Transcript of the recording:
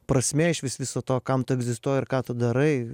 prasmė išvis viso to kam tu egzistuoji ir ką tu darai